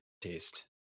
taste